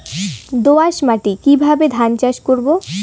দোয়াস মাটি কিভাবে ধান চাষ করব?